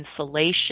insulation